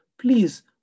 please